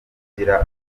ugira